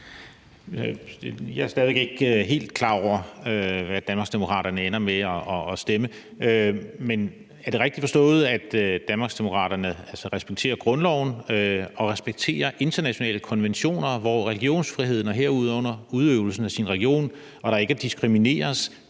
Jeg er stadig væk ikke helt klar over, hvad Danmarksdemokraterne ender med at stemme. Men er det rigtigt forstået, at Danmarksdemokraterne så respekterer grundloven og respekterer internationale konventioner, hvor der er religionsfrihed, herunder til udøvelsen af sin religion, og der ikke diskrimineres